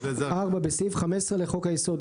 4. בסעיף 15 לחוק היסוד,